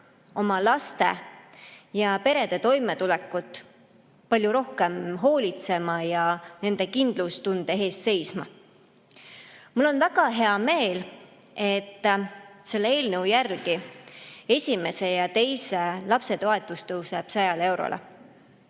oma laste ja perede toimetuleku eest palju rohkem hoolitsema ja nende kindlustunde eest seisma. Mul on väga hea meel, et selle eelnõu järgi esimese ja teise lapse toetus tõuseb 100 eurole.